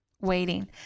waiting